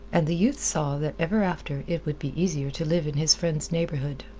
and the youth saw that ever after it would be easier to live in his friend's neighborhood.